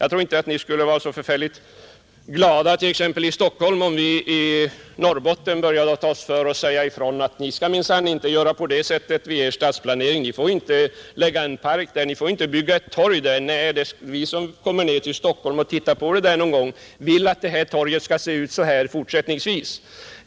Jag tror inte att ni skulle vara så glada t.ex. i Stockholm, om vi i Norrbotten började ta oss för att säga ifrån att ni skall minsann inte göra på det sättet i er stadsplanering! Ni får inte lägga en park där, ni får inte bygga om ett torg där — vi som kommer ned till Stockholm och tittar på det någon gång vill att det här torget skall se ut så här fortsättningsvis.